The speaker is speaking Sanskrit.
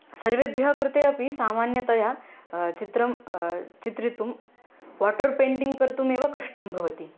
सर्वेभ्यः कृते अपि सामान्यतया चित्रं चित्रितुं वाटर् पेण्टिङ्ग् कर्तुमेव कष्टं भवति